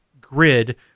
grid